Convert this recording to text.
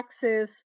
taxes